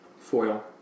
foil